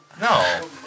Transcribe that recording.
No